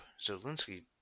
Zelensky